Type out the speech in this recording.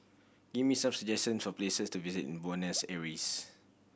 give me some suggestion for places to visit in Buenos Aires